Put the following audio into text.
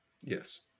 Yes